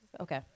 Okay